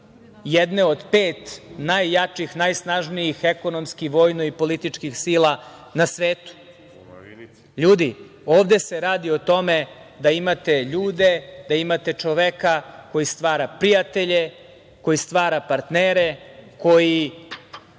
jedne od pet najjačih, najsnažnijih ekonomski vojno i političkih sila na svetu. Ljudi, ovde se radi o tome da imate ljude, da imate čoveka koji stvara prijatelje, koji stvara partnere, koji